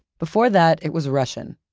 before that, it was russian.